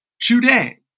Today